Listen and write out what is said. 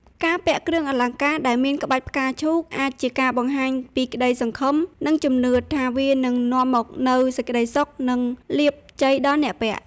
ការពាក់គ្រឿងអលង្ការដែលមានក្បាច់ផ្កាឈូក អាចជាការបង្ហាញពីក្តីសង្ឃឹម និងជំនឿថាវានឹងនាំមកនូវសេចក្តីសុខ និងលាភជ័យដល់អ្នកពាក់។